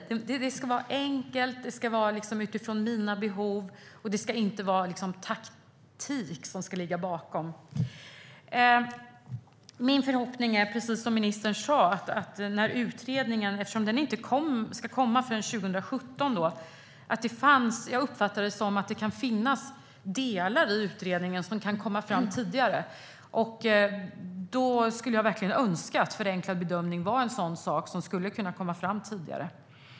Bedömningen ska vara enkel att utföra och utgå från mina behov. Det ska inte vara taktik som ska ligga bakom. Min förhoppning är, precis som ministern sa, att eftersom utredningen inte ska läggas fram förrän 2017, att delar av utredningen kan läggas fram tidigare. Jag skulle verkligen önska att förenklad bedömning är en sådan fråga i utredningen som kan läggas fram tidigare.